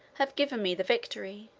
have given me the victory.